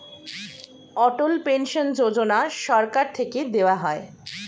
অটল pension Yojana সরকার থেকে দেওয়া হয়